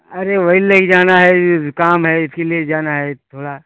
अरे वही ले कर जाना है काम है इसीलिए जाना है थोड़ा